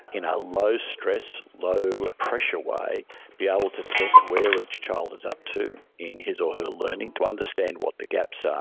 in a low-stress, low-pressure way, be able to test where each child is up to in his or her learning, to understand what the gaps are,